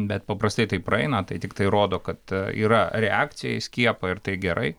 bet paprastai tai praeina tai tiktai rodo kad yra reakcija į skiepą ir tai gerai